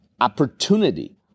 opportunity